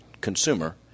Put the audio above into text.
consumer